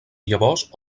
llavors